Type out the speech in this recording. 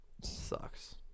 sucks